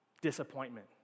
disappointment